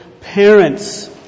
parents